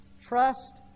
Trust